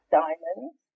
diamonds